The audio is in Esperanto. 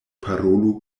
parolu